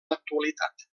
l’actualitat